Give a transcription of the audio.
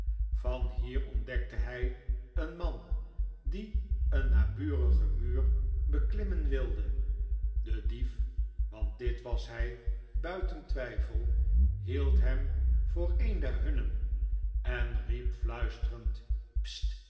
van hier ontdekte hij een man die een naburigen muur beklimmen wilde dedief want dit was hij buiten twijfel hield hem voor een der hunnen en riep fluisterend